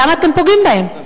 למה אתם פוגעים בהן?